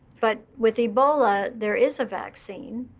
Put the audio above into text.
but with ebola, there is a vaccine.